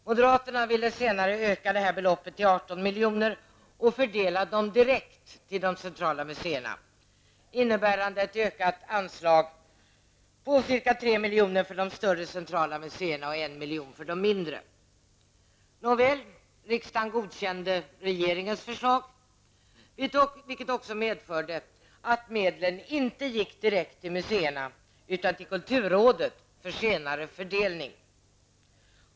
Moderaterna ville senare öka detta belopp till 18 milj.kr. och fördela dem direkt till de centrala museerna, innebärande ett ökat anslag på ca 3 milj.kr. för de större centrala museerna och 1 Nåväl, riksdagen godkände regeringens förslag, vilket också medförde att medlen inte gick direkt till museerna, utan till kulturrådet för senare fördelning.